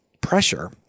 pressure